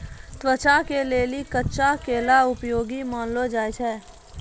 त्वचा के लेली कच्चा केला उपयोगी मानलो जाय छै